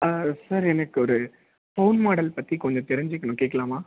ஆ sir எனக்கு ஒரு phone model பற்றி கொஞ்சம் தெரிஞ்சிக்கணும் கேட்கலாமா